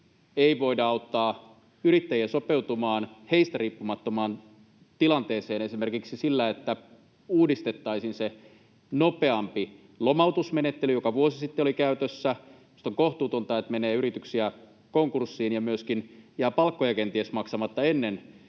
ei voida auttaa yrittäjiä sopeutumaan heistä riippumattomaan tilanteeseen esimerkiksi sillä, että uudistettaisiin se nopeampi lomautusmenettely, joka vuosi sitten oli käytössä. Minusta on kohtuutonta, että menee yrityksiä konkurssiin ja myöskin jää palkkoja kenties maksamatta ennen